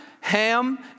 Ham